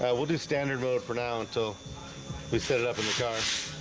yeah we'll do standard vote for now until we set it up in the car. oh